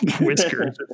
whiskers